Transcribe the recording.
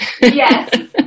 Yes